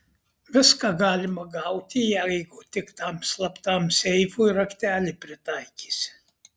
viską galima gauti jeigu tik tam slaptam seifui raktelį pritaikysi